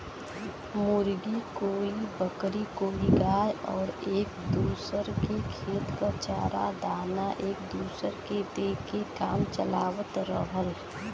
मुर्गी, कोई बकरी कोई गाय आउर एक दूसर के खेत क चारा दाना एक दूसर के दे के काम चलावत रहल